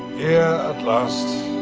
at last